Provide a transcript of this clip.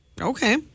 Okay